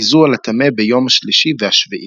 היזו על הטמא ביום השלישי והשביעי.